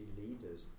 leaders